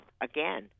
again